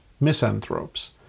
misanthropes